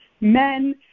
men